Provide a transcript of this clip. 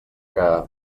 que